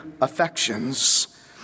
affections